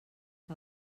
que